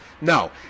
No